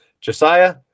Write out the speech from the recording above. josiah